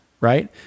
right